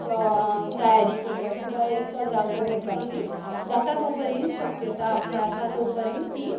तयारी करता किंवा एक तो जागो भरपाची जाता तो पर्यंत शक्यता आपली आसा तो पर्यंत ती